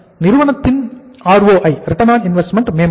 நிறுவனத்தின் ROI மேம்படும்